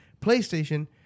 PlayStation